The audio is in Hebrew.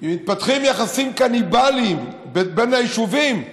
מתפתחים יחסים קניבליים בין היישובים,